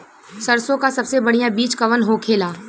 सरसों का सबसे बढ़ियां बीज कवन होखेला?